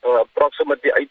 Approximately